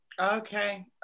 Okay